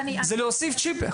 זה להוסיף צ'יפ.